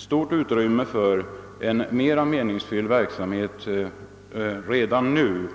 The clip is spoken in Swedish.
stort utrymme för en mera meningsfylld verksamhet redan nu.